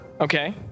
Okay